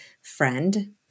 friend